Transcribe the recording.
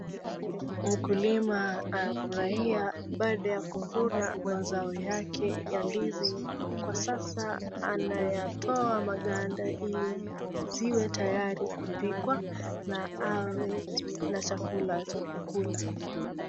Mkulima anafurahia baada ya kuvuna mazao yake ya ndizi, kwa sasa anayatoa maganda ili ziwe tayari kupikwa na awe na chakula cha kukula.